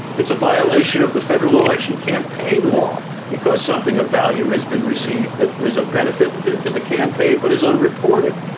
it's a violation of the federal election campaign law because something of value has been received that is a benefit to the campaign but is unreported.